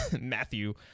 Matthew